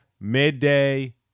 midday